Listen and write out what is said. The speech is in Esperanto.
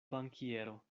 bankiero